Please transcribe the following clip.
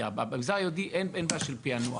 כי במגזר היהודי אין בעיה של פענוח.